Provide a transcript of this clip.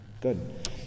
good